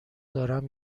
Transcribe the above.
دارم